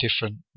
different